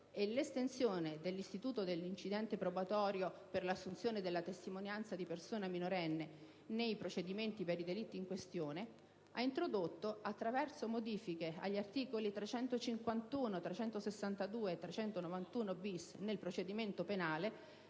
e l'estensione dell'istituto dell'incidente probatorio per l'assunzione della testimonianza di persona minorenne nei procedimenti per i delitti in questione, ha introdotto, attraverso modifiche agli articoli 351, 362 e 391-*bis*, nel procedimento penale